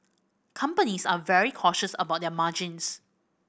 companies are very cautious about their margins